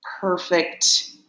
perfect